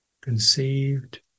conceived